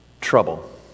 trouble